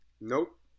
Nope